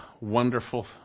wonderful